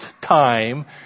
time